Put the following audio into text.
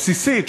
הבסיסית,